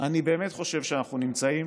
אני באמת חושב שאנחנו נמצאים